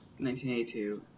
1982